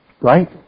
Right